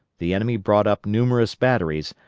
the enemy brought up numerous batteries,